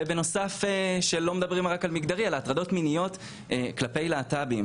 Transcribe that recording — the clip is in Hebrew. ובנוסף לא מדברים רק על רקע מגדרי אלא הטרדות מיניות כלפי להט"בים